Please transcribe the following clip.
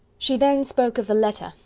she then spoke of the letter,